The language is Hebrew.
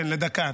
כן, לדקה.